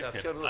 כן, כן.